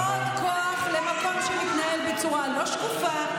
עוד כוח למקום שמתנהל בצורה לא שקופה,